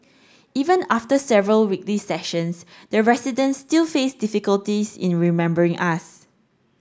even after several weekly sessions the residents still faced difficulties in remembering us